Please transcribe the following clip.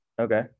okay